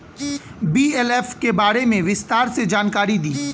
BLF के बारे में विस्तार से जानकारी दी?